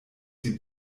sie